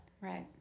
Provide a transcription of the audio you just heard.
Right